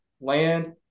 land